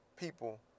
people